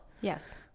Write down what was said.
Yes